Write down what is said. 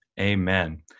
Amen